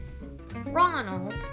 Ronald